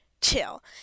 chill